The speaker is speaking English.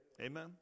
Amen